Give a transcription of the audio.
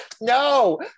No